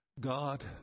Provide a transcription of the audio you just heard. God